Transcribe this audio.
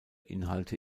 inhalte